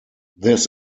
this